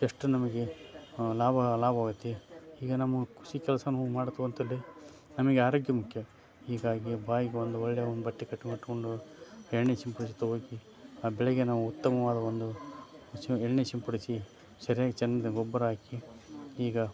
ಎಷ್ಟು ನಮಗೆ ಲಾಭ ಲಾಭವಾಗುತ್ತೆ ಈಗ ನಮ್ಮ ಕೃಷಿ ಕೆಲ್ಸನೂ ಮಾಡ್ತೇವಂತೇಳಿ ನಮಗೆ ಆರೋಗ್ಯ ಮುಖ್ಯ ಹೀಗಾಗಿ ಬಾಯಿಗೆ ಒಂದು ಒಳ್ಳೆಯ ಒಂದು ಬಟ್ಟೆ ಕಟ್ಟಿಟ್ಕೊಂಡು ಎಣ್ಣೆ ಸಿಂಪಡಿಸ್ತಾ ಹೋಗಿ ಆ ಬೆಳೆಗೆ ನಾವು ಉತ್ತಮವಾದ ಒಂದು ಸಿಮ್ ಎಣ್ಣೆ ಸಿಂಪಡಿಸಿ ಸರಿಯಾಗಿ ಚಂದದ ಗೊಬ್ಬರ ಹಾಕಿ ಈಗ